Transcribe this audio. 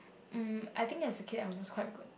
mm I think as a kid I was quite good